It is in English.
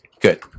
Good